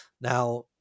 Now